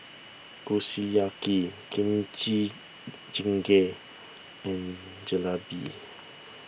Kushiyaki Kimchi Jjigae and Jalebi